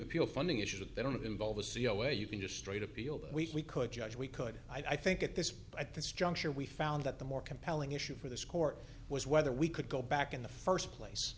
appeal funding issues that they don't involve a c e o where you can just straight appeal that we could judge we could i think at this at this juncture we found that the more compelling issue for this court was whether we could go back in the first place